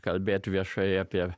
kalbėt viešai apie